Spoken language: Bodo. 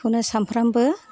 बेखौनो सामफ्रामबो